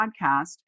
podcast